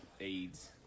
AIDS